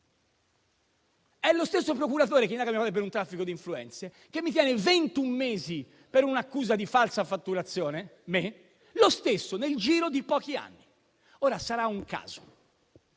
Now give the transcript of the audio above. è lo stesso procuratore che indaga mio padre per un traffico di influenze, che mi tiene ventun mesi per un'accusa di falsa fatturazione. Lo stesso nel giro di pochi anni. Ora sarà un caso,